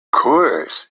course